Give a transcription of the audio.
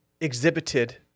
exhibited